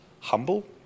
humble